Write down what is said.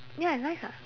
ya it's nice ah